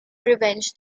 revenge